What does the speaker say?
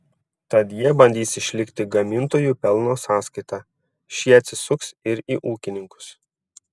tad jie bandys išlikti gamintojų pelno sąskaita šie atsisuks ir į ūkininkus